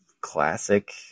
classic